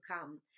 come